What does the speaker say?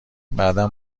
بعدا